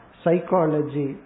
psychology